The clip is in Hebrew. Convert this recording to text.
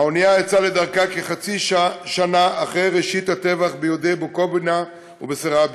האונייה יצאה לדרכה כחצי שנה אחרי ראשית הטבח ביהודי בוקובינה ובסרביה,